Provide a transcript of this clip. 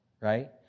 right